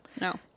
No